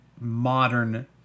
modern